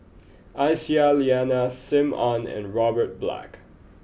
Aisyah Lyana Sim Ann and Robert Black